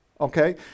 okay